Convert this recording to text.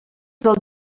del